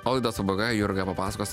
o laidos pabaigoje jurga papasakos